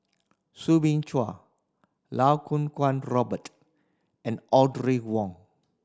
Soo Bin Chua Iau Kuo Kwong Robert and Wong